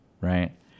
right